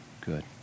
Good